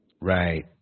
Right